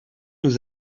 nous